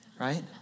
right